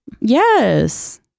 Yes